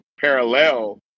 parallel